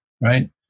right